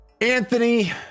Anthony